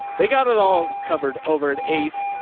they got it all covered over at ace.